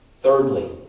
Thirdly